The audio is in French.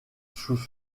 sous